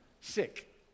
sick